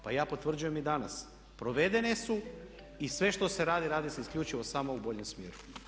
Pa ja potvrđujem i danas provedene su i sve što se radi radi se isključivo i samo u boljem smjeru.